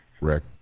Rick